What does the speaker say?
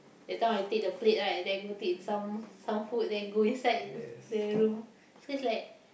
that time I take the plate right then I go take some some food then go inside the room so it's like